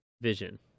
vision